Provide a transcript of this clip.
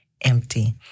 empty